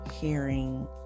hearing